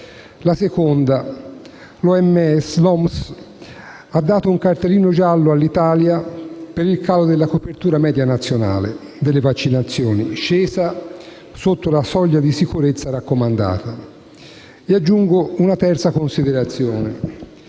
La seconda: l'OMS ha dato un cartellino giallo all'Italia per il calo della copertura media nazionale delle vaccinazioni, scesa sotto la soglia di sicurezza raccomandata. Aggiungo una terza considerazione.